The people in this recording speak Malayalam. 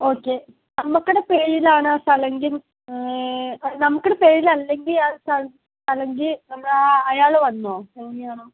ഓക്കെ നമ്മുടെ പേരിലാണ് സ്ഥലമെങ്കിൽ നമ്മുടെ പേര് അല്ലെങ്കിൽ ആ സ്ഥൽ സ്ഥലമെങ്കിൽ നമ്മളാ അയാള് വന്നൊ എങ്ങനെയാണ്